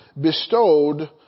bestowed